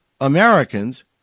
Americans